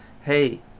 hey